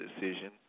Decision